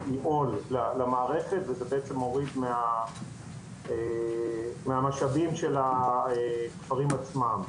היא עול למערכת וזה בעצם מוריד עוד מהמשאבים של הכפרים עצמם.